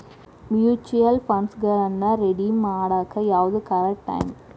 mutual ಫಂಡ್ಗಳನ್ನ redeem ಮಾಡಾಕ ಯಾವ್ದು ಕರೆಕ್ಟ್ ಟೈಮ್